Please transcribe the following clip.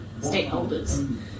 stakeholders